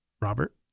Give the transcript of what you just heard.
Robert